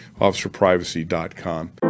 officerprivacy.com